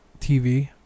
TV